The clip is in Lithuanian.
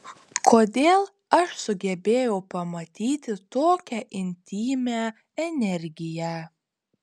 kodėl aš sugebėjau pamatyti tokią intymią energiją